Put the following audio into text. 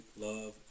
love